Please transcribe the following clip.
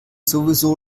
sowieso